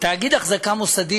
תאגיד אחזקה מוסדי,